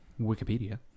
Wikipedia